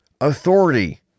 authority